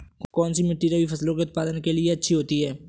कौनसी मिट्टी रबी फसलों के उत्पादन के लिए अच्छी होती है?